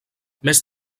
més